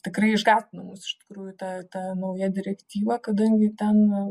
tikrai išgąsdino iš tikrųjų ta ta nauja direktyva kadangi ten